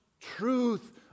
truth